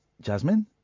Jasmine